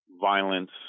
violence